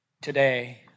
today